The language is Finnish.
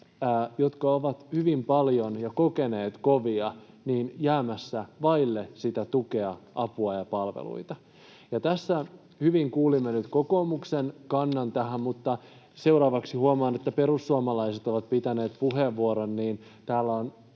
jotka ovat hyvin paljon jo kokeneet kovia, jäämässä vaille tukea, apua ja palveluita. Tässä hyvin kuulimme nyt kokoomuksen kannan tähän, mutta seuraavaksi huomaan, että perussuomalaiset ovat pitämässä puheenvuoron,